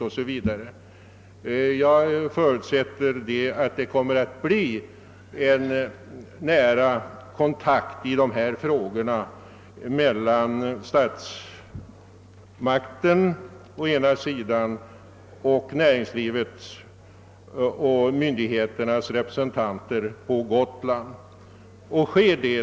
Jag förutsätter att det kommer att bli en nära kontakt i dessa frågor mellan statsmakten å ena sidan och näringslivets och myndigheternas representanter på Gotland å andra sidan.